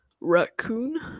raccoon